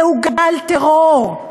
זהו גל טרור,